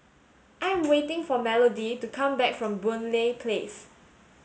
I am waiting for Melodie to come back from Boon Lay Place